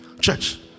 Church